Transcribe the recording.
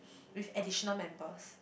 with additional members